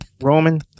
Roman